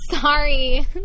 sorry